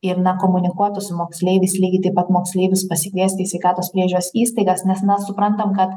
ir na komunikuotų su moksleiviais lygiai taip pat moksleivius pasikviesti į sveikatos priežiūros įstaigas nes mes suprantam kad